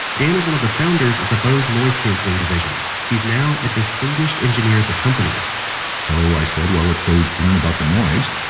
dan is one of the founders of the bose noise cancelling division. he's now a distinguished engineer at the company so i said, well, let's go learn about the noise.